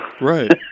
Right